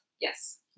Yes